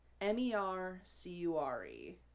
M-E-R-C-U-R-E